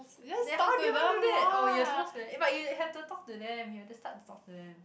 then how do you even do that oh you are supposed to but you have to talk to them you have to start to talk to them